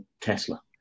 Tesla